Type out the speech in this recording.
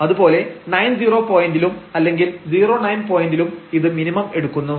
അതുപോലെ 90 പോയന്റിലും അല്ലെങ്കിൽ 09 പോയന്റിലും ഇത് മിനിമം എടുക്കുന്നു